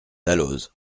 dalloz